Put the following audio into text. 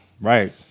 Right